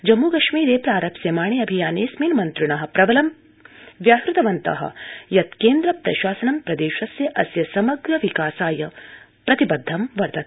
जम्मू कश्मीरेर प्रारप्स्यमाणे अभियानेऽस्मिन् मन्त्रिण प्रबलं व्याहृतवन्त यत् केन्द्रप्रशासनं प्रदेशस्य अस्य समग्र विकासाय प्रतिबद्धं वर्तते